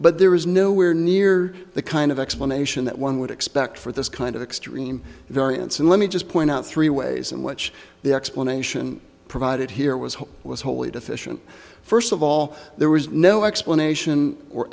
but there was nowhere near the kind of explanation that one would expect for this kind of extreme variance and let me just point out three ways in which the explanation provided here was what was wholly deficient first of all there was no explanation or